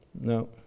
No